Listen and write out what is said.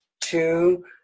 two